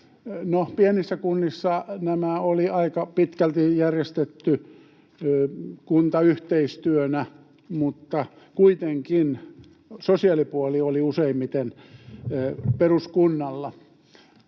pienissä kunnissa nämä oli aika pitkälti järjestetty kuntayhteistyönä, mutta kuitenkin sosiaalipuoli oli useimmiten peruskunnalla.